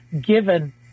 given